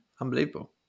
Unbelievable